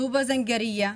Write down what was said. טובא-זנגרייה,